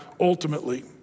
ultimately